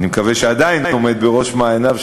אני מקווה שעדיין עומד בראש מעייניו,